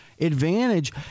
advantage